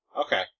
Okay